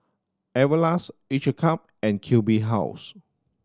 Everlast Each a Cup and Q B House